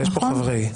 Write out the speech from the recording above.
יש פה חברי.